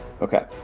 Okay